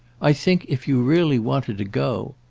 i think if you really wanted to go!